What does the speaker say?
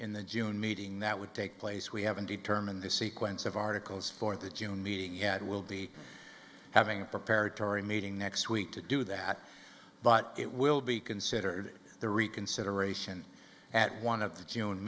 in the june meeting that would take place we haven't determined the sequence of articles for the june meeting had we'll be having prepared tory meeting next week to do that but it will be considered the reconsideration at one of the june